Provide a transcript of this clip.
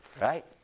right